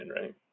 right